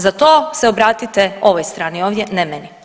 Za to se obratite ovoj strani ovdje ne meni.